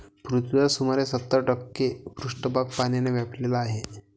पृथ्वीचा सुमारे सत्तर टक्के पृष्ठभाग पाण्याने व्यापलेला आहे